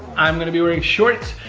i'm gonna be wearing shorts,